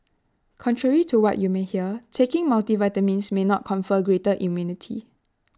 contrary to what you may hear taking multivitamins may not confer greater immunity